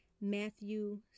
Matthew